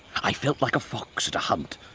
i felt like a fox at a hunt,